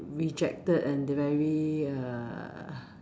rejected and very uh